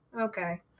Okay